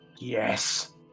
Yes